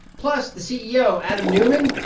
plus, the ceo, adam neumann,